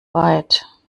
weit